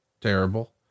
terrible